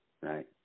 right